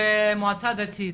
במועצה דתית.